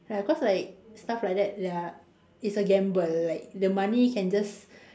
ya cause like stuff like that ya is a gamble like the money can just